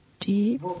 deep